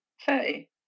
Hey